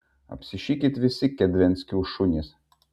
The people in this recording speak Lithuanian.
apsišikit visi kedvenckių šunys